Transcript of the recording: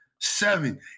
seven